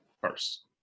first